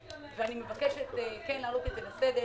אני מבקשת להעלות את הנושא הזה לסדר